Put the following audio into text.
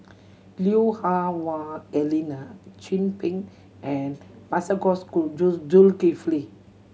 Lui Hah Wah Elena Chin Peng and Masagos Zulkifli